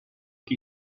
che